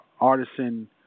artisan